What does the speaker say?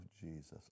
Jesus